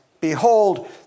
Behold